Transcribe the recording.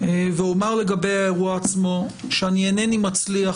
ואומר לגבי האירוע עצמו שאני אינני מצליח